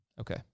Okay